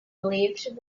believed